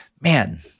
man